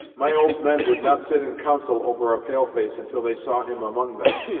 my old men would not sit in council over a pale-face until they saw him among them,